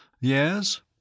Yes